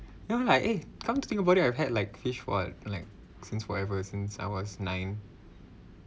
you know like eh come to think about it I've had like fish what like since forever since I was nine